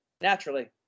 naturally